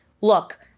look